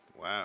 Wow